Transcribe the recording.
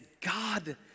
God